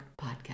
podcast